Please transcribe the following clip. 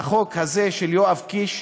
החוק הזה, של יואב קיש,